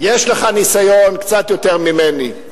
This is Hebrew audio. יש לך ניסיון קצת יותר ממני.